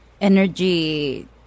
energy